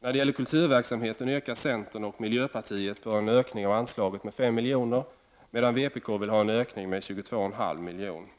När det gäller kulturverksamheten yrkar centern och miljöpartiet på en ökning av anslaget med 5 miljoner, medan vpk vill ha en ökning med 22,5 miljoner.